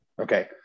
Okay